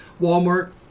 Walmart